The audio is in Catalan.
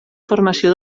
formació